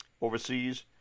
Overseas